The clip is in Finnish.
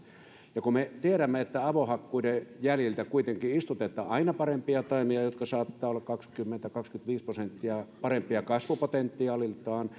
kun me tiedämme että avohakkuiden jäljiltä kuitenkin istutetaan aina parempia taimia jotka saattavat olla kaksikymmentä viiva kaksikymmentäviisi prosenttia parempia kasvupotentiaaliltaan